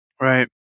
Right